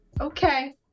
Okay